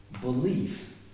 belief